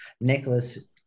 Nicholas